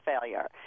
failure